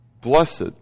blessed